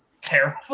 terrible